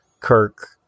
Kirk